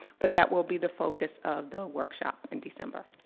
but that will be the focus of the workshop in december.